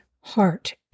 heart